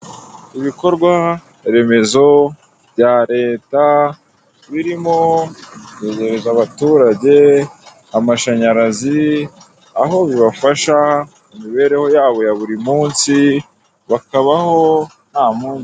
Ibikorwa remezo bya leta birimo kwegereza abaturage amashanyarazi aho bibafasha mu mibereho yabo ya buri munsi bakabaho ntampungenge.